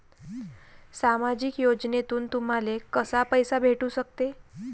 सामाजिक योजनेतून तुम्हाले कसा पैसा भेटू सकते?